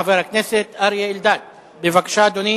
חבר הכנסת אריה אלדד, בבקשה, אדוני,